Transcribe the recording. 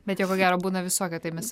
bet jie ko gero būna visokie tai mes apie